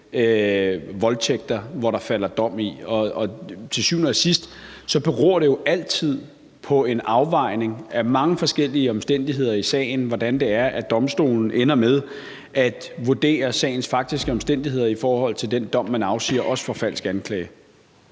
voldtægtssager, hvor der falder dom. Til syvende og sidst beror det jo altid på en afvejning af mange forskellige omstændigheder i sagen, altså hvordan domstolen ender med at vurdere sagens faktiske omstændigheder i forhold til den dom, man afsiger, også for falsk anklage.